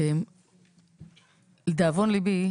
לדאבון ליבי,